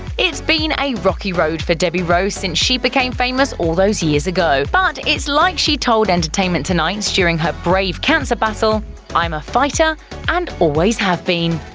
it's been a rocky road for debbie rowe since she became famous all those years ago, but it's like she told entertainment tonight during her brave cancer battle i'm a fighter and always have been.